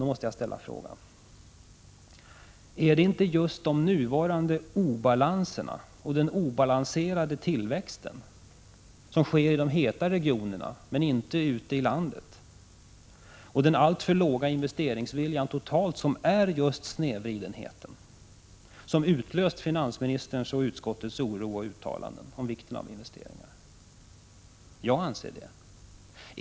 Då måste jag ställa frågan: Är det inte just de nuvarande obalanserna och den obalanserade tillväxt som sker i de heta regionerna men inte ute i landet och den alltför låga investeringsviljan totalt, som är just snedvridande och som utlöst finansministerns oro och utskottets uttalande om vikten av investeringar? Jag anser det.